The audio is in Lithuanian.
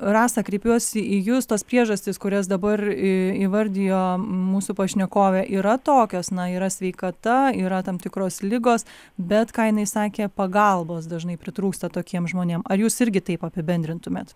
rasa kreipiuosi į jus tos priežastys kurias dabar į įvardijo mūsų pašnekovė yra tokios na yra sveikata yra tam tikros ligos bet ką jinai sakė pagalbos dažnai pritrūksta tokiem žmonėm ar jūs irgi taip apibendrintumėt